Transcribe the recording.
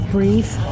Breathe